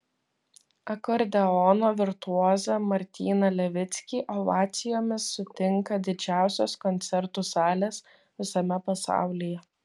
akordeono virtuozą martyną levickį ovacijomis sutinka didžiausios koncertų salės visame pasaulyje